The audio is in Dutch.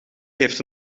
heeft